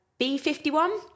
B51